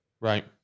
Right